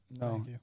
No